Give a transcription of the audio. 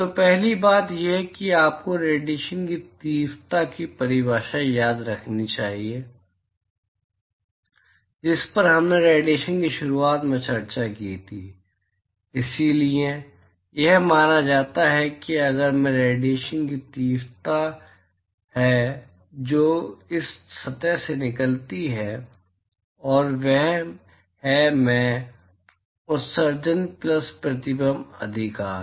तो पहली बात यह है कि आपको रेडिएशन की तीव्रता की परिभाषा याद रखनी चाहिए जिस पर हमने रेडिएशन की शुरुआत में चर्चा की थी इसलिए यह माना जाता है कि अगर मैं रेडिएशन की तीव्रता है जो इस सतह से निकलती है और वह है मैं उत्सर्जन प्लस प्रतिबिंब अधिकार